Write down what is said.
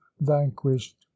vanquished